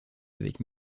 avec